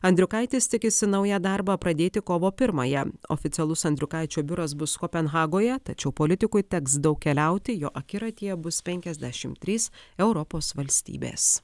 andriukaitis tikisi naują darbą pradėti kovo pirmąją oficialus andriukaičio biuras bus kopenhagoje tačiau politikui teks daug keliauti jo akiratyje bus penkiasdešimt trys europos valstybės